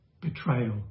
betrayal